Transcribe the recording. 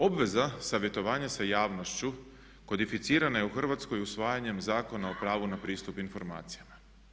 Obveza savjetovanja sa javnošću kodificirana je u Hrvatskoj usvajanjem Zakona o pravu na pristup informacijama.